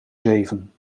zeven